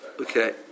Okay